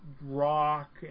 rock